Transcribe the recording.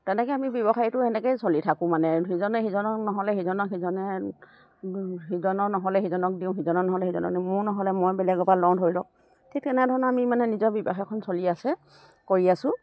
তেনেকে আমি ব্যৱসায়ীটো সেনেকেই চলি থাকোঁ মানে সিজনে সিজনক নহ'লে সিজনক সিজনে সিজনৰ নহ'লে সিজনক দিওঁ সিজনৰ নহ'লে সিজনক দিওঁ মোৰ নহ'লে মই বেলেগৰ পৰা লওঁ ধৰি লওক ঠিক তেনেধৰণে আমি মানে নিজৰ ব্যৱসায়খন চলি আছে কৰি আছোঁ